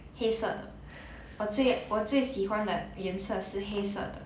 黑色的我最我最喜欢的颜色是黑色的